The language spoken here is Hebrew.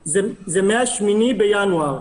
זה מ-8 בינואר,